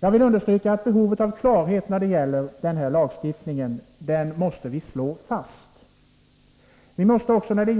Jag vill understryka att vi måste slå fast att det finns ett behov av klarhet när det gäller den här lagstiftningen. I